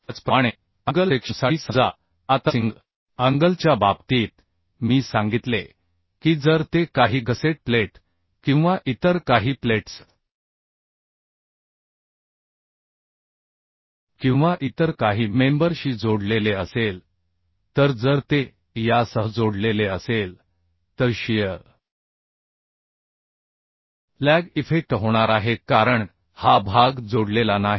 त्याचप्रमाणे अँगल सेक्शनसाठी समजा आता सिंगल अँगलच्या बाबतीत मी सांगितले की जर ते काही गसेट प्लेट किंवा इतर काही प्लेट्स किंवा इतर काही मेंबर शी जोडलेले असेल तर जर ते यासह जोडलेले असेल तर शियर लॅग इफेक्ट होणार आहे कारण हा भाग जोडलेला नाही